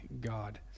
God